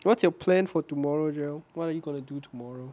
what's your plan for tomorrow jarrell what are you gonna do tomorrow